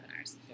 webinars